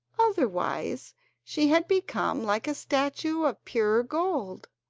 otherwise she had become like a statue of pure gold.